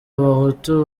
abahutu